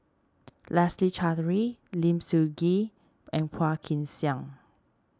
Leslie Charteris Lim Sun Gee and Phua Kin Siang